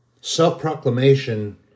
self-proclamation